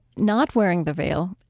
not wearing the veil,